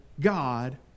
God